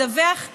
לדווח לנו,